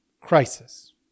Crisis